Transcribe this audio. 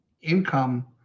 income